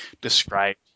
described